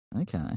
Okay